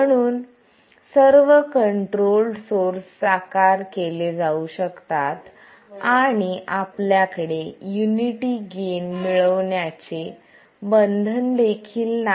म्हणून सर्व controlled source साकार केले जाऊ शकतात आणि आपल्याकडे युनिटी गेन मिळवण्याचे बंधन देखील नाही